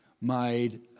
made